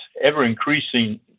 ever-increasing